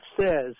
says